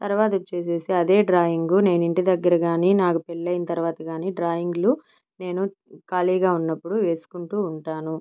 తర్వాతదొచ్చేసేసి అదే డ్రాయింగ్ నేను ఇంటి దగ్గర కాని నాకు పెళ్ళైనా తర్వాత కాని డ్రాయింగ్లు నేను ఖాళీగా ఉన్నప్పుడు వేసుకుంటూ ఉంటాను